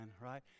right